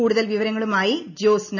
കൂടുതൽ വിവരങ്ങളുമായി ജോസ്ന